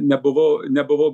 nebuvau nebuvau